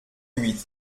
huit